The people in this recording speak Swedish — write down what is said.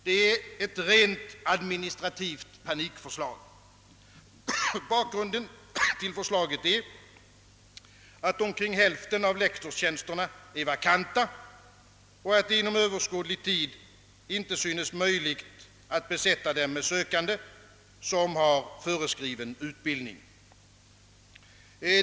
Det är ett rent administrativt panikförslag. Bakgrunden till förslaget är, att omkring hälften av lektorstjänsterna är vakanta och att inom överskådlig tid inte tycks finnas möjlighet att besätta dem med sökande som har föreskriven utbildning.